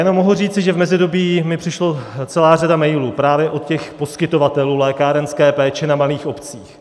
Mohu jenom říci, že v mezidobí mi přišla celá řada mailů právě od těch poskytovatelů lékárenské péče na malých obcích.